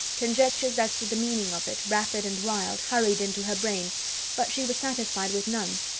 conjectures as to the meaning of it, rapid and wild, hurried into her brain but she was satisfied with none.